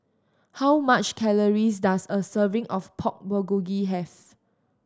how much calories does a serving of Pork Bulgogi have